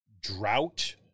drought